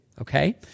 okay